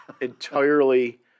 entirely